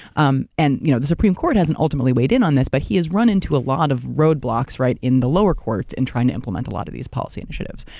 um and you know the supreme court hasn't ultimately weighed in on this, but he has run into a lot of roadblocks in the lower courts in trying to implement a lot of these policy initiatives.